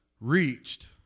reached